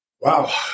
Wow